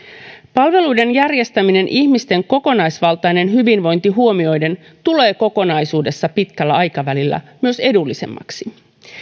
palveluiden järjestäminen ihmisten kokonaisvaltainen hyvinvointi huomioiden tulee kokonaisuudessa pitkällä aikavälillä myös edullisemmaksi